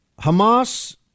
Hamas